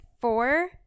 four